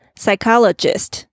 psychologist